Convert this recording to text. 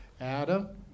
Adam